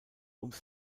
ums